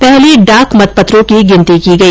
पहले डाक मतपत्रों की गिनती की गई